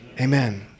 amen